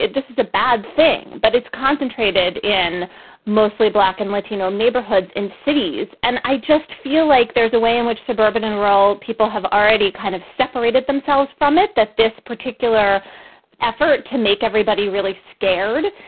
this is a bad thing, but it's concentrated in mostly black and latino um neighborhoods in cities. and i just feel like there's a way in which suburban and rural people have already kind of separated themselves from it, that this particular effort to make everybody really scared.